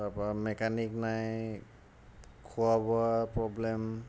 তাৰপৰা মেকানিক নাই খোৱা বোৱা প্ৰব্লেম